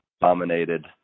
dominated